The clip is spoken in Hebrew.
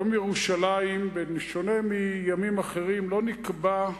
יום ירושלים, בשונה מימים אחרים, לא נקבע,